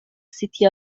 city